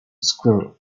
squirrel